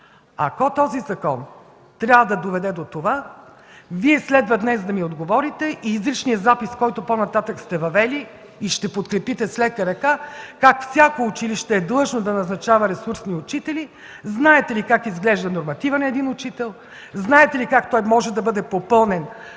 Ако този закон трябва да доведе до това, Вие следва днес да ни отговорите, по-нататък сте въвели изричния запис, който ще подкрепите с лека ръка – как всяко училище е длъжно да назначава ресурсни учители? Знаете ли как изглежда нормативът на един учител? Знаете ли как той може да бъде попълнен,